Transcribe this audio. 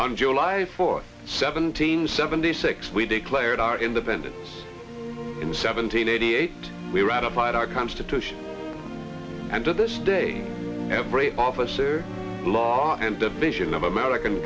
on july fourth seventeen seventy six we declared our independence in seventeen eighty eight we ratified our constitution and to this day every officer law and the vision of american